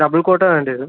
double coat വേണ്ടി വരും